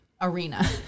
arena